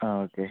ആ ഓക്കെ